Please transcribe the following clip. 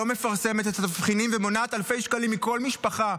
מפרסמת את התבחינים ומונעת אלפי שקלים מכל משפחה,